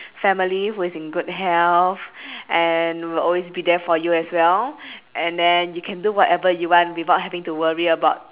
family who is in good health and will always be there for you as well and then you can do whatever you want without having to worry about